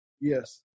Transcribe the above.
Yes